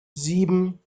sieben